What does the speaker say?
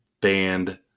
band